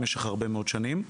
במשך הרבה מאוד שנים.